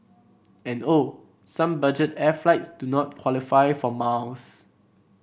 and oh some budget air flights do not qualify for miles